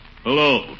hello